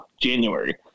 January